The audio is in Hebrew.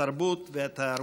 התרבות והתיירות.